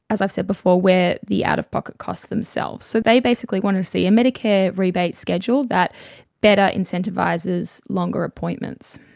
as i've said before, wear the out-of-pocket costs themselves. so they basically want to see a medicare rebate schedule that better incentivises longer appointments.